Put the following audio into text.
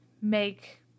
make